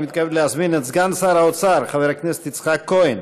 אני מתכבד להזמין את סגן שר האוצר חבר הכנסת יצחק כהן